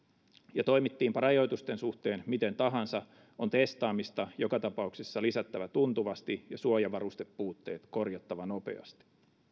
ja toimittiinpa rajoitusten suhteen miten tahansa on testaamista joka tapauksessa lisättävä tuntuvasti ja suojavarustepuutteet korjattava nopeasti